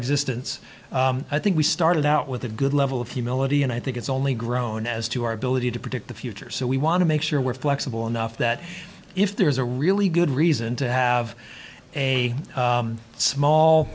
existence i think we started out with a good level of humility and i think it's only grown as to our ability to predict the future so we want to make sure we're flexible enough that if there's a really good reason to have a small